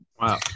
Wow